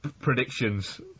predictions